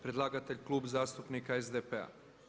Predlagatelj klub zastupnika SDP-a.